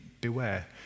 beware